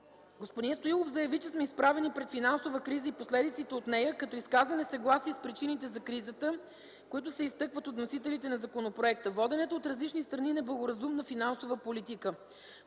Господин Стоилов заяви, че сме изправени пред финансова криза и последиците от нея, като изказа несъгласие с причините за кризата, които се изтъкват от вносителите на законопроекта – водената от различни страни неблагоразумна финансова политика.